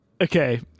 Okay